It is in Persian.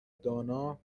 دانا